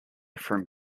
from